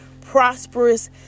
prosperous